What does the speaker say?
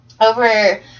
over